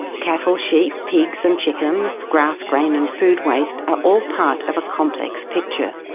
cattle, sheep, pigs and chickens, grass, grain and food waste are all part of a complex picture.